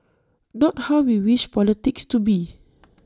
not how we wish politics to be